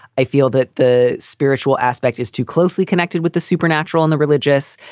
i feel that the spiritual aspect is too closely connected with the supernatural and the religious.